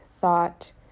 thought